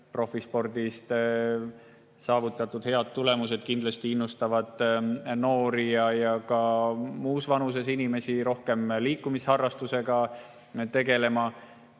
Profispordis saavutatud head tulemused kindlasti innustavad noori ja ka muus vanuses inimesi rohkem liikumist harrastama.